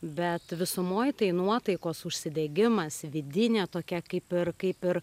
bet visumoj tai nuotaikos užsidegimas vidinė tokia kaip ir kaip ir